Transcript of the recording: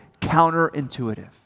counterintuitive